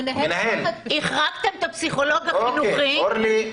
החרגתם את הפסיכולוג החינוכי --- אורלי,